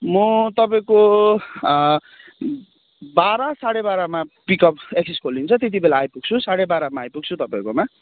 मो तपाईँको बाह्र साढे बाह्रमा पिकअप एक्सेस खोल्लिन्छ त्यतिबेला आइपुग्छु साढे बाह्रमा आइपुग्छु तपाईँकोमा